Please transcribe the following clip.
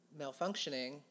malfunctioning